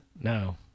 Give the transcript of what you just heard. No